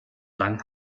lang